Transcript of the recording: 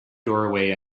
doorway